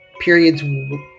periods